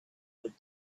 would